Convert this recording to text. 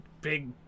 big